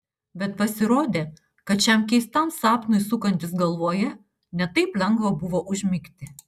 bet pasirodė kad šiam keistam sapnui sukantis galvoje ne taip lengva buvo užmigti